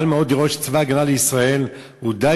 קל מאוד לראות שצבא הגנה לישראל הוא די